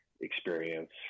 experience